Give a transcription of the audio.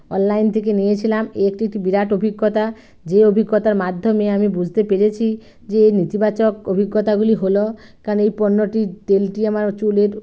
online থেকে নিয়েছিলাম এটি একটি বিরাট অভিজ্ঞতা যে অভিজ্ঞতার মাধ্যমে আমি বুঝতে পেরেছি যে নীতিবাচক অভিজ্ঞতাগুলি হলো কেন এই পণ্যটি তেলটি আমার চুলের